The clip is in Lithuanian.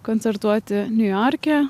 koncertuoti niujorke